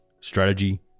Strategy